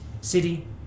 city